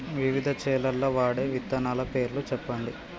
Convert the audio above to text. వివిధ చేలల్ల వాడే విత్తనాల పేర్లు చెప్పండి?